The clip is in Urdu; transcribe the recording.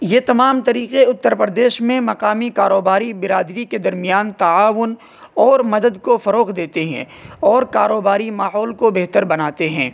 یہ تمام طریقے اتّر پردیش میں مقامی کاروباری برادری کے درمیان تعاون اور مدد کو فروغ دیتے ہیں اور کاروباری ماحول کو بہتر بناتے ہیں